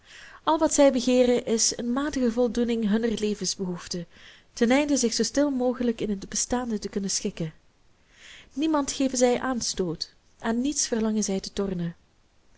al wat zij begeeren is een matige voldoening hunner levensbehoeften ten einde zich zoo stil mogelijk in het bestaande te kunnen schikken niemand geven zij aanstoot aan niets verlangen zij te tornen